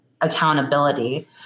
accountability